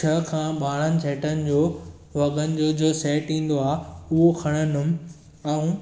छह खां ॿारनि सेटनि जो वॻनि जो जो सेट ईंदो आहे उहो खणंदुमि ऐं